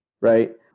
right